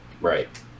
Right